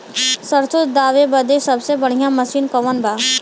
सरसों दावे बदे सबसे बढ़ियां मसिन कवन बा?